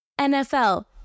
NFL